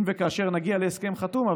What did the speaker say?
אם וכאשר נגיע להסכם חתום.